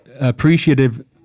appreciative